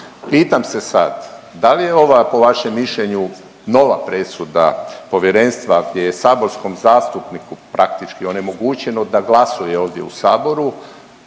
Pitam se sad da li je ova po vašem mišljenju nova presuda povjerenstva gdje je saborskom zastupniku praktički onemogućeno da glasuje ovdje u Saboru